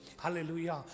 Hallelujah